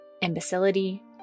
imbecility